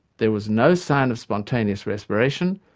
there was no sign of spontaneous respiration,